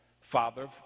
Father